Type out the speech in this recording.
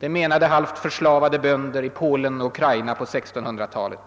Det menade halvt förslavade bönder i Polen och Ukraina på 1600-talet.